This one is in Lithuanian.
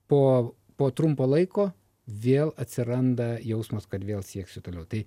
po po trumpo laiko vėl atsiranda jausmas kad vėl sieksiu toliau tai